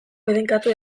bedeinkatu